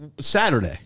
Saturday